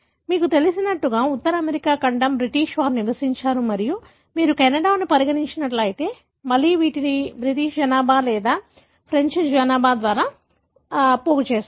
మీకు తెలిసినట్లుగా ఉత్తర అమెరికా ఖండం బ్రిటిష్ వారు నివసించారు మరియు మీరు కెనడాను పరిగణించినట్లయితే మళ్లీ వీటిని బ్రిటిష్ జనాభా లేదా ఫ్రెంచ్ జనాభా ద్వారా సీడ్ చేస్తారు